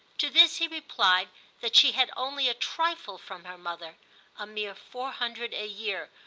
to this he replied that she had only a trifle from her mother a mere four hundred a year,